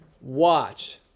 Watch